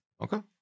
Okay